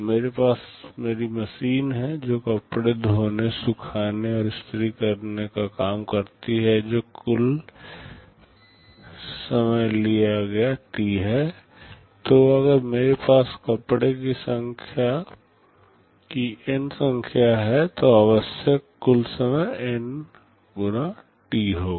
मेरे पास मेरी मशीन है जो कपड़े धोने सुखाने और इस्त्री करने का काम करती है जो कुल समय लिया गया T है तो अगर मेरे पास कपड़े की N संख्या है तो आवश्यक कुल समय NxT होगा